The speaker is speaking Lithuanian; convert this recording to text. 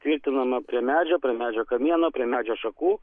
tvirtinama prie medžio prie medžio kamieno prie medžio šakų